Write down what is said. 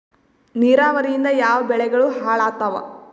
ನಿರಾವರಿಯಿಂದ ಯಾವ ಬೆಳೆಗಳು ಹಾಳಾತ್ತಾವ?